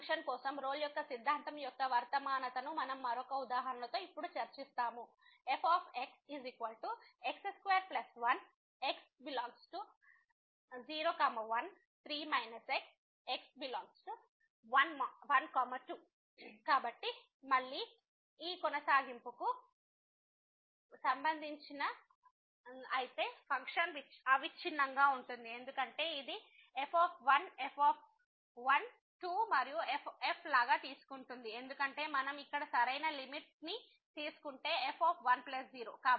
ఈ ఫంక్షన్ కోసం రోల్ యొక్క సిద్ధాంతం యొక్క వర్తమానతను మనం మరొక ఉదాహరణ తో ఇప్పుడు చర్చిస్తాము fx x21 x ∈ 01 3 x x ∈ 12 కాబట్టి మళ్ళీ కొనసాగింపుకు సంబంధించినది అయితే ఫంక్షన్ అవిచ్ఛిన్నంగా ఉంటుంది ఎందుకంటే ఇది f f 2 మరియు f లాగా తీసుకుంటుంది ఎందుకంటే మనం ఇక్కడ సరైన లిమిట్ని తీసుకుంటే f 1 0